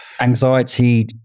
anxiety